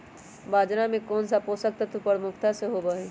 बाजरा में कौन सा पोषक तत्व प्रमुखता से होबा हई?